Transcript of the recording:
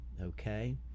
okay